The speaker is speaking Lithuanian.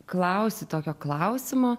klausi tokio klausimo